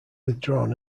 withdrawn